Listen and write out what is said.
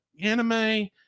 anime